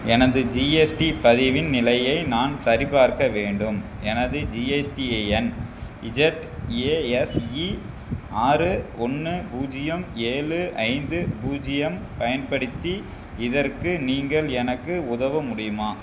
எனது ஜிஎஸ்டி பதிவின் நிலையை நான் சரிபார்க்க வேண்டும் எனது ஜிஎஸ்டிஐஎன் இஜட்ஏஎஸ்இ ஆறு ஒன்று பூஜ்ஜியம் ஏழு ஐந்து பூஜ்ஜியம் பயன்படுத்தி இதற்கு நீங்கள் எனக்கு உதவ முடியுமா